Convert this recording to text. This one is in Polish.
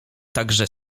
także